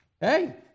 Hey